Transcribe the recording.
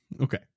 Okay